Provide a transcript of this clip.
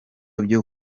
byo